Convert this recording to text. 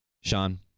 Sean